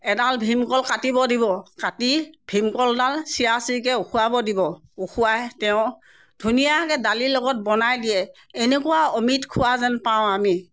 এদাল ভীমকল কাটিব দিব কাটি ভীমকলডাল চিৰাচিৰকৈ উখোৱাব দিব উখোৱাই তেওঁ ধুনীয়াকৈ দালি লগত বনাই দিয়ে এনেকুৱা অমিত খোৱা যেন পাওঁ আমি